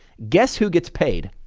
guess who gets paid?